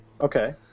Okay